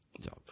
Job